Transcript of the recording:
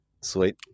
Sweet